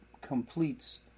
completes